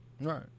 Right